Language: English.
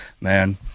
man